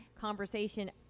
conversation